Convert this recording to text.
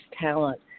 talent